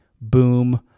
Boom